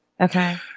Okay